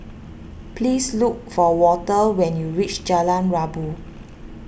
please look for Walter when you reach Jalan Rabu